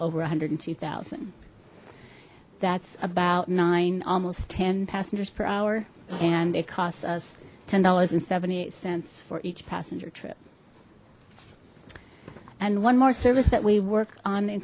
over one hundred and two thousand that's about nine almost ten passengers per hour and it costs us ten dollars and seventy eight cents for each passenger trip and one more service that we work on in